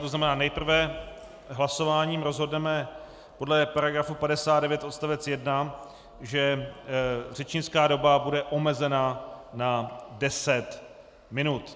To znamená, nejprve hlasováním rozhodneme podle § 59 odst. 1, že řečnická doba bude omezena na 10 minut.